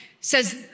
says